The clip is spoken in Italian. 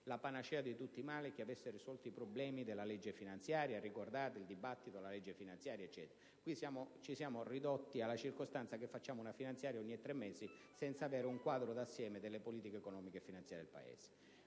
la panacea di tutti i mali e che avesse risolto i problemi della legge finanziaria. Ricordate il dibattito sulla legge finanziaria? Ci siamo ridotti alla circostanza che facciamo una finanziaria ogni tre mesi, senza avere un quadro d'assieme delle politiche economiche e finanziarie del Paese.